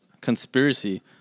conspiracy